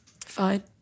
Fine